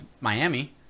Miami